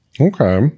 Okay